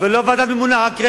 ולא ועדה ממונה.